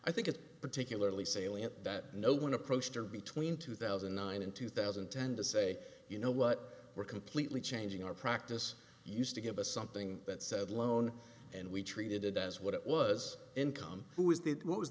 i think it's particularly salient that no one approached her between two thousand and nine and two thousand and ten to say you know what we're completely changing our practice used to give us something that said loan and we treated it as what it was income who is that what was